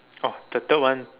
oh the third one